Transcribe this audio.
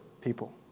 people